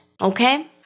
Okay